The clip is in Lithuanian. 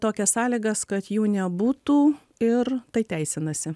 tokias sąlygas kad jų nebūtų ir tai teisinasi